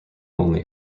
only